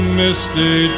misty